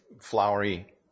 flowery